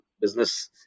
business